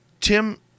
Tim